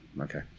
Okay